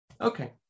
Okay